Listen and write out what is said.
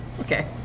Okay